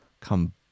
come